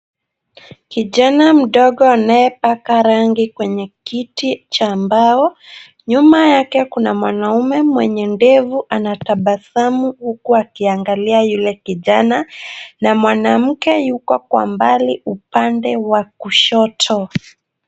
Kijana mdogo anayepaka rangi kwenye kiti cha mbao. Nyuma yake kuna mwanaume mwenye ndevu anatabasamu huku akiangalia yule kijana, na mwanamke yuko kwa mbali upande wa kushoto.